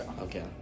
Okay